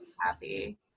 Happy